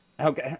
Okay